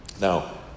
Now